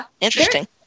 interesting